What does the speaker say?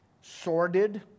sordid